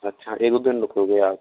अच्छा एक दो दिन रुकोगी आप